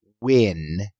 win